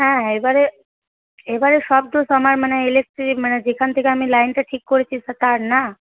হ্যাঁ এবারে সব দোষ আমার মানে ইলেকট্রিক মানে যেখান থেকে আমি লাইনটা ঠিক করেছি তার না